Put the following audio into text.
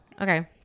Okay